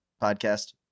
podcast